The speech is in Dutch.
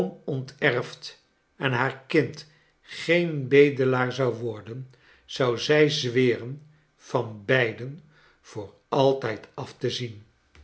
onterfd en haar kind geen bedelaar zou worden zou zij zweren van beiden voor altijd af te zien